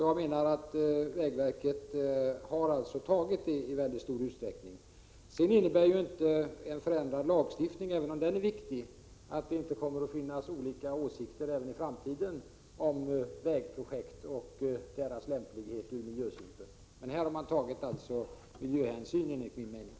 Jag menar att vägverket i stor utsträckning har tagit dessa hänsyn. En förändrad lagstiftning innebär inte, även om den är viktig, att det inte kommer att finnas olika åsikter även i framtiden om vägprojekt och deras lämplighet ur miljösynpunkt. Men i detta fall har man enligt min mening tagit miljöhänsyn.